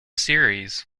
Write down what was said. series